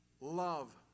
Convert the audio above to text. love